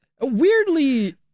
Weirdly